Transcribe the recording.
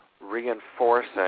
reinforcing